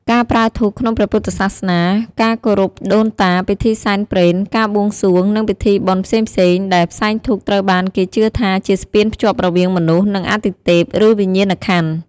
ការប្រើធូបក្នុងព្រះពុទ្ធសាសនា ការគោរពដូនតា ពិធីសែនព្រេន ការបួងសួង និងពិធីបុណ្យផ្សេងៗដែល ផ្សែងធូបត្រូវបានគេជឿថាជាស្ពានភ្ជាប់រវាងមនុស្ស និងអាទិទេព ឬវិញ្ញាណក្ខន្ធ។